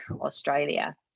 Australia